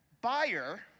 buyer